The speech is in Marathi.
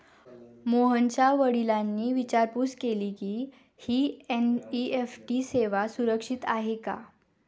मोहनच्या वडिलांनी विचारपूस केली की, ही एन.ई.एफ.टी सेवा सुरक्षित आहे का?